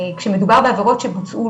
כשמדובר בעבירות שבוצעו,